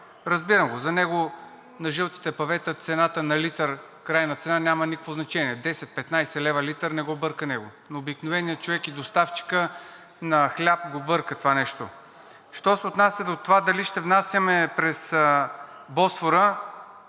Разбирам го, за него на жълтите павета, цената на литър – крайна цена, няма никакво значение. 10 – 15 лв. на литър не го бърка, но обикновения човек и доставчика на хляб го бърка това нещо. Що се отнася до това дали ще внасяме през Босфора.